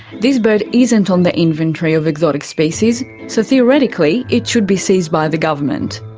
this bird isn't on the inventory of exotic species, so theoretically it should be seized by the government.